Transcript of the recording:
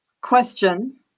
Question